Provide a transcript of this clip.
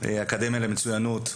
אקדמיה למצוינות.